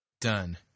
Done